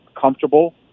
comfortable